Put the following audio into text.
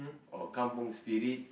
or kampung spirit